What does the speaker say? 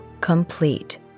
complete